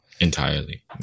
Entirely